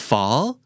Fall